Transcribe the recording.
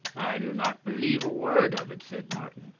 i do not believe a word of it, said martin,